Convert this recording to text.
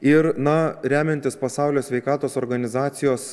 ir na remiantis pasaulio sveikatos organizacijos